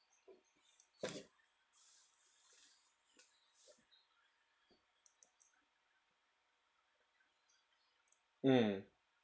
mm